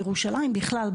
וירושלים בכלל,